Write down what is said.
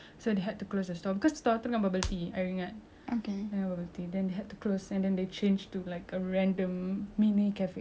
ya bubble tea then they had to close and then they changed to like a random mini cafe with like that was after I graduate so